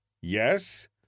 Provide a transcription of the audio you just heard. yes